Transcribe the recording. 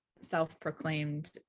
self-proclaimed